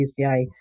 UCI